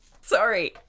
sorry